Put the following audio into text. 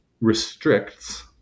restricts